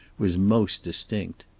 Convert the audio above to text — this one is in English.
was most distinct.